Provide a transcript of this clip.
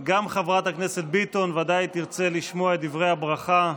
גם חברת הכנסת ביטון ודאי תרצה לשמוע את דברי הברכה.